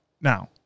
Now